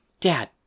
Dad